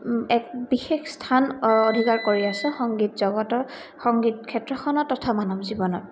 এক বিশেষ স্থান অধিকাৰ কৰি আছে সংগীত জগতৰ সংগীত ক্ষেত্ৰখনত তথা মানৱ জীৱনৰ